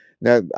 Now